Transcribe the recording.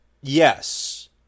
yes